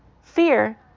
Fear